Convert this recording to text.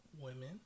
Women